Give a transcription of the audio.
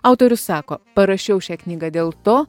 autorius sako parašiau šią knygą dėl to